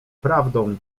prawdą